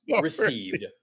received